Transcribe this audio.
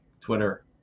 Twitter